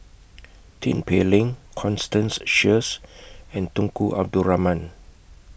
Tin Pei Ling Constance Sheares and Tunku Abdul Rahman